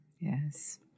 Yes